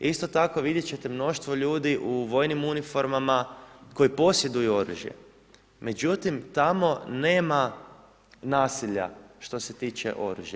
Isto tako vidjet ćete mnoštvo ljudi u vojnim uniformama koji posjeduju oružje, međutim tamo nema nasilja što se tiče oružja.